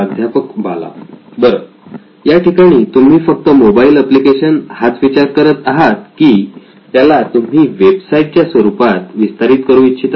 प्राध्यापक बाला बरं या ठिकाणी तुम्ही फक्त मोबाइल एप्लिकेशन हाच विचार करत आहात की त्याला तुम्ही वेबसाईट च्या स्वरूपात विस्तारित करू इच्छिता